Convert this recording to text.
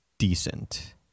Decent